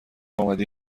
اومدی